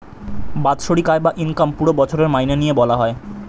বাৎসরিক আয় বা ইনকাম পুরো বছরের মাইনে নিয়ে বলা হয়